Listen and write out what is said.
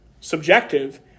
subjective